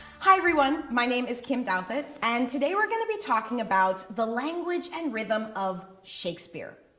hi everyone, my name is kim douthit and today we're gonna be talking about the language and rhythm of shakespeare.